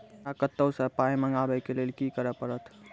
हमरा कतौ सअ पाय मंगावै कऽ लेल की करे पड़त?